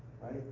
right